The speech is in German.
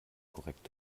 korrekt